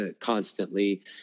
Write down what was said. constantly